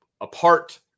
apart